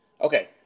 okay